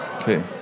Okay